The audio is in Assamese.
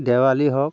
দেৱালী হওক